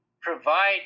provide